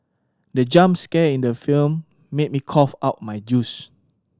the jump scare in the film made me cough out my juice